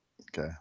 Okay